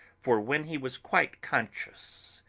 for, when he was quite conscious,